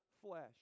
flesh